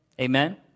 Amen